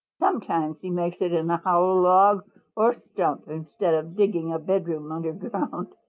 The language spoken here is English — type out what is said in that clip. sometimes he makes it in a hollow log or stump instead of digging a bedroom under ground.